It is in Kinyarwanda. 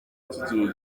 kikiri